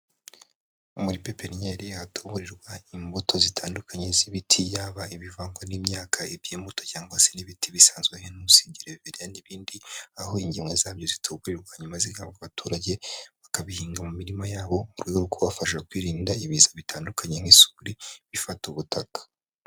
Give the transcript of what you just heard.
Muri pepiniyeri ahatuburirwa imbuto zitandukanye z'ibiti, yaba ibivangwa n'imyaka, iby'imbuto cyangwa se n'ibiti bisanzwe nk'intusi, gereveriya n'ibindi, aho ingemwe zabyo zituburirwa hanyuma zigahabwa abaturage bakabihinga mu mirima yabo mu rwego rwo kubafasha kwirinda ibiza bitandukanye nk'isuri ifata ubutaka.